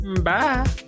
Bye